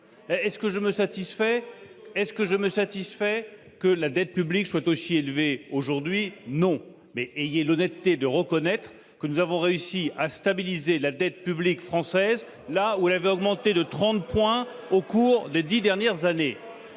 Est-ce que je me satisfais d'un niveau de dette publique aussi élevé ? La réponse est non. Mais ayez l'honnêteté de reconnaître que nous avons réussi à stabiliser la dette publique française alors qu'elle avait augmenté de 33 points au cours des dix dernières années.